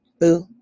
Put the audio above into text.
boo